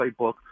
playbook